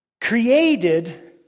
Created